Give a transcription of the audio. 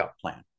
plan